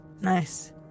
Nice